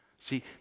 See